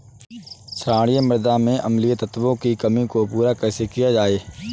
क्षारीए मृदा में अम्लीय तत्वों की कमी को पूरा कैसे किया जाए?